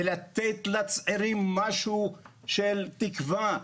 ולתת לצעירים משהו של תקווה,